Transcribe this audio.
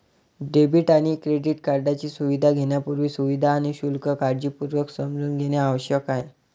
debit आणि credit कार्डची सुविधा घेण्यापूर्वी, सुविधा आणि शुल्क काळजीपूर्वक समजून घेणे आवश्यक आहे